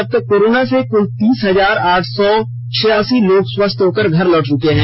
अबतक कोरोना से कुल तीस हजार आठ सौ छियासी लोग स्वस्थ होकर घर लौट चुके हैं